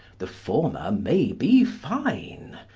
the former may be fine.